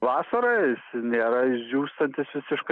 vasarą jis nėra išdžiūstantis visiškai